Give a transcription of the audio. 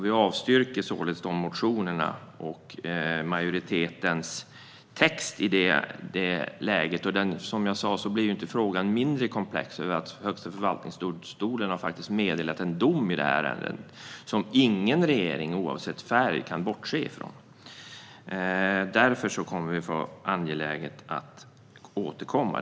Vi avstyrker således de motionerna och majoritetens text. Frågan blir som sagt inte mindre komplex av att Högsta förvaltningsdomstolen har meddelat en dom på området. Den domen kan ingen regering - oavsett färg - bortse från. Vi kommer därför att få anledning att återkomma.